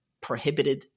prohibited